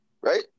Right